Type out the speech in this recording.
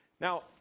Now